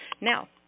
Now